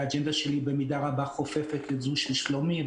היא במידה רבה חופפת את זו של שלומי,